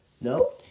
No